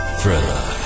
Thriller